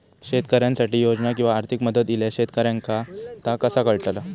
शेतकऱ्यांसाठी योजना किंवा आर्थिक मदत इल्यास शेतकऱ्यांका ता कसा कळतला?